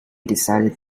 decided